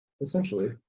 essentially